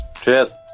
Cheers